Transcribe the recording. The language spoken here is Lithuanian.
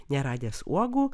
neradęs uogų